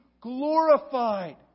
glorified